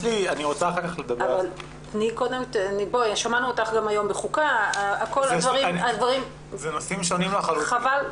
אם אנחנו מתייחסים למענים לטרנסיות שאינן ברצף הזנות,